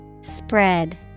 Spread